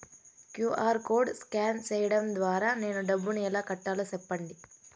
QR code scan సేయడం ద్వారా నేను డబ్బును ఎలా కట్టాలో సెప్పండి?